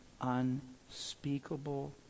unspeakable